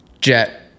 Jet